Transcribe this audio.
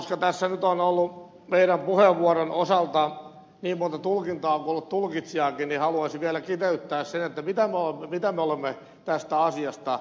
koska tässä nyt on ollut meidän puheenvuoron osalta niin monta tulkintaa kuin on ollut tulkitsijaakin niin haluaisin vielä kiteyttää sen mitä me olemme tästä asiasta sanoneet